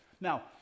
Now